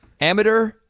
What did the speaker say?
Amateur